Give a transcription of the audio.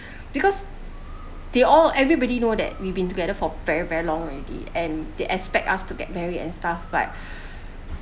because they all everybody know that we've been together for very very long already and they expect us to get marry and stuff like